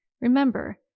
remember